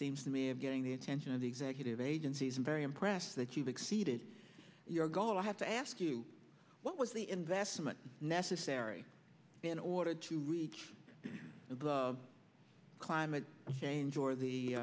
seems to me of getting the attention of the executive agencies i'm very impressed that you've exceeded your goal i have to ask you what was the investment necessary in order to reach the climate change